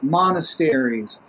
monasteries